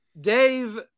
Dave